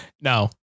No